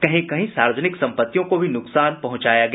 कहीं कहीं सार्वजनिक सम्पत्तियों को भी नुकसान पहुंचाया गया